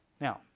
Now